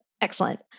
Excellent